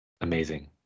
Amazing